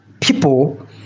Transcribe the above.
people